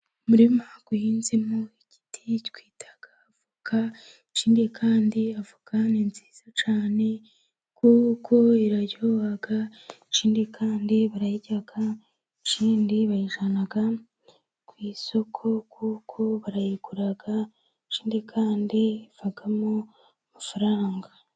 Umurima uhinzemo igiti twita avoka, ikindi kandi avoka ni nziza cyane, kuko iraryoha, ikindi kandi barayirya, ikindi bayijyanaga ku isoko kuko barayigura, ikindi kandi ivamo amafaranga.